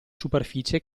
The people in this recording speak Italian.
superficie